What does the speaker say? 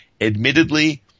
Admittedly